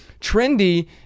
trendy